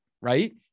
right